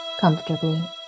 comfortably